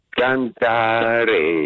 cantare